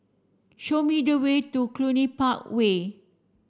show me the way to Cluny Park Way